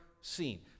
seen